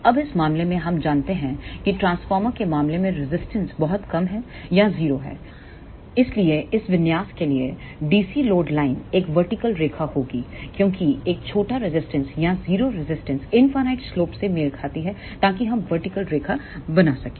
अब इस मामले में हम जानते हैं कि ट्रांसफार्मर के मामले में रेजिस्टेंस बहुत कम है या0 है इसलिए इस विन्यास के लिए DC लोड लाइन एक वर्टिकल रेखा होगी क्योंकि एक छोटा रेजिस्टेंस या 0 रेजिस्टेंस इनफाइनइट स्लोप से मेल खाती है ताकि हम वर्टिकल रेखा बनाते हैं